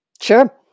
Sure